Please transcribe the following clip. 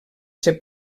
ser